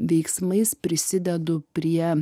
veiksmais prisidedu prie prie